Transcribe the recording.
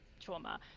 trauma